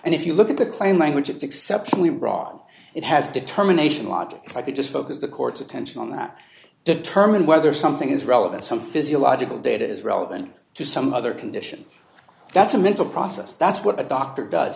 and if you look at that same language it's exceptionally wrong it has determination logic if i could just focus the court's attention on that determine whether something is relevant some physiological data is relevant to some other condition that's a mental process that's what a doctor does